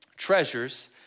Treasures